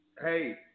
Hey